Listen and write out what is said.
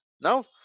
Now